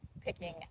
picking